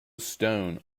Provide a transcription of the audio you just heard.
stone